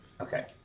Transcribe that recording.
Okay